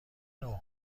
نوع